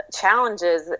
challenges